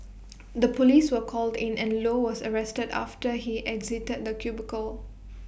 the Police were called in and low was arrested after he exited the cubicle